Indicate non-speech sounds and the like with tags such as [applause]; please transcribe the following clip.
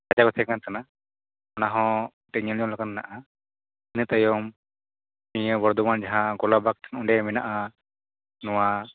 [unintelligible] ᱠᱟᱱ ᱛᱟᱦᱮᱱᱟ ᱚᱱᱟᱦᱚᱸ ᱧᱮᱞᱡᱚᱝ ᱞᱮᱠᱟ ᱢᱮᱱᱟᱜᱼᱟ ᱤᱱᱟ ᱛᱟᱭᱚᱢ ᱱᱤᱭᱟᱹ ᱵᱚᱨᱫᱚᱢᱟᱱ ᱡᱟᱦᱟᱸ ᱜᱳᱞᱟᱯᱵᱟᱜᱽ ᱴᱷᱮᱱ ᱚᱸᱰᱮ ᱢᱮᱱᱟᱜ ᱼᱟ ᱱᱚᱣᱟ